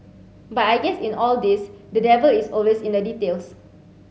but I guess in all this the devil is always in the details